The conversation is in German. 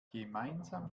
gemeinsam